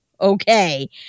okay